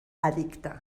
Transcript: edicte